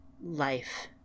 life